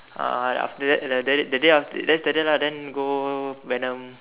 uh after that that's the day lah then go venom